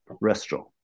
restaurant